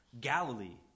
Galilee